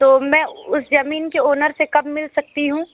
तो मैं उस ज़मीन के ओनर से कब मिल सकती हूँ